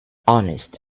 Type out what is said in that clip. honest